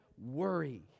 Worry